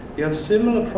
you have similar